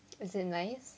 is it nice